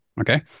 Okay